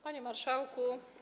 Panie Marszałku!